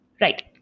Right